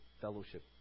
fellowship